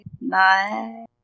nine